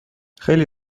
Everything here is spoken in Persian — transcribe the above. خیلی